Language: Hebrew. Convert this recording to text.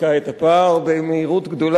היא כבר מדביקה את הפער במהירות גדולה,